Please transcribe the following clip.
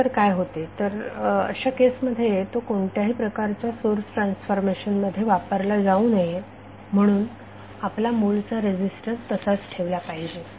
त्यानंतर काय होते तर अशा केस मध्ये तो कोणत्याही प्रकारच्या सोर्स ट्रान्सफॉर्मेशन मध्ये वापरला जाऊ नये म्हणून आपला मूळचा रेझिस्टर तसाच ठेवला पाहिजे